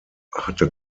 hatte